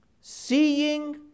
seeing